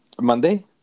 Monday